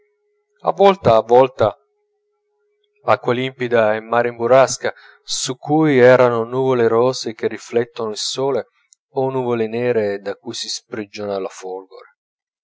a volta a volta acqua limpida e mare in burrasca su cui errano nuvole rosee che riflettono il sole o nuvole nere da cui si sprigiona la folgore